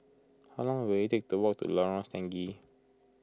how long will it take to walk to Lorong Stangee